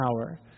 Power